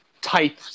Type